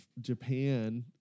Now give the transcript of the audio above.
Japan